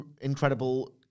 incredible